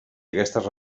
aquestes